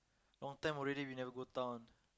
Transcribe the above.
long time already we never go town